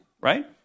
right